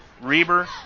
Reber